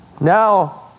Now